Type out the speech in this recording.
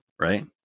Right